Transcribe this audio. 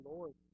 Lord